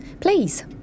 Please